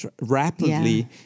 rapidly